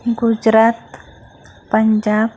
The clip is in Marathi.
गुजरात पंजाब